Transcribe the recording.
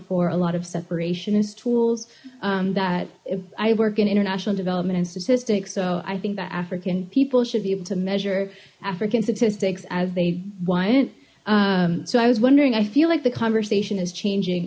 for a lot of separation as tools that i work in international development and statistics so i think that african people should be able to measure african statistics as they want so i was wondering i feel like the conversation is changing